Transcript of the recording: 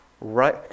right